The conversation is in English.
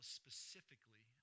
specifically